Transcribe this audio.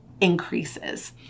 increases